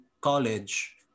college